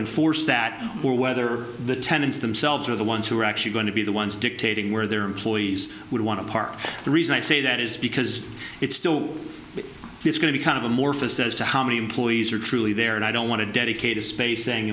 enforce that or whether the tenants themselves are the ones who are actually going to be the ones dictating where their employees would want to park the reason i say that is because it's still it's going to be kind of amorphous as to how many employees are truly there and i don't want to dedicate a spac